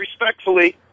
Respectfully